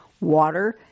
water